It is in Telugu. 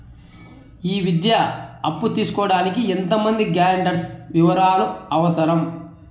ఈ విద్యా అప్పు తీసుకోడానికి ఎంత మంది గ్యారంటర్స్ వివరాలు అవసరం?